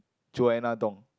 Joanna-Dong